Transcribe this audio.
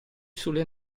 sulle